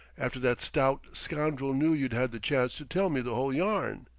after that stout scoundrel knew you'd had the chance to tell me the whole yarn.